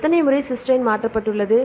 எத்தனை முறை சிஸ்டைன் மாற்றப்பட்டுள்ளது